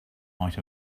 might